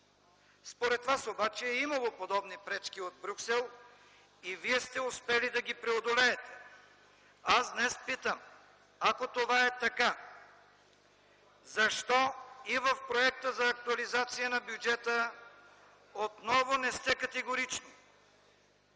Според вас обаче е имало подобни пречки от Брюксел и вие сте успели да ги преодолеете. Аз днес питам: ако това е така, защо и в проекта за актуализация на бюджета отново не сте категорични?